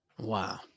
Wow